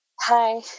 Hi